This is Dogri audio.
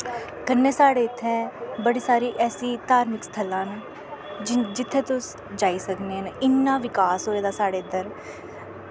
कन्ने साढ़े इत्थै बड़ी सारी ऐसी धार्मिक स्थलां न जित्थें तुस जेई सकने न इन्ना विकास होए दा साढ़े इध्दर